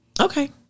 Okay